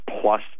plus